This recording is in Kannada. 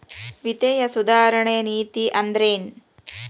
ವಿತ್ತೇಯ ಸುಧಾರಣೆ ನೇತಿ ಅಂದ್ರೆನ್